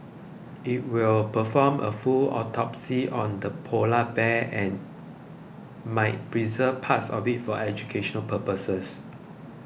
it will perform a full autopsy on the polar bear and might preserve parts of it for educational purposes